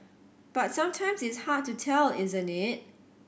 but sometimes it's hard to tell isn't it